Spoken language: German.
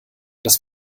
das